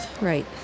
right